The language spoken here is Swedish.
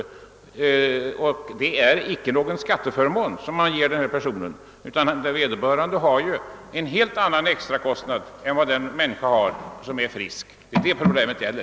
Det innebär icke någon skatteförmån för denna person, ty vederbörande har en extrakostnad, som den människa som är frisk inte drabbas av. Det är detta problemet gäller.